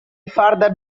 further